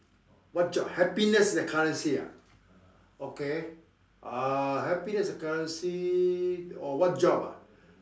what job happiness is a currency ah okay uh happiness is a currency oh what job ah